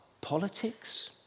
politics